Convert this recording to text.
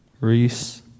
Reese